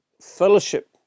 fellowship